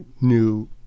new